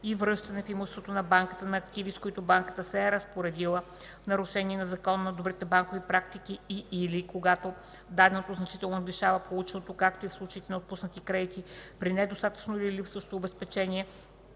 и връщане в имуществото на банката на активи, с които банката се е разпоредила в нарушение на закона, на добрите банкови практики и/или когато даденото значително надвишава полученото, както и в случаите на отпуснати кредити при недостатъчно или липсващо обезпечение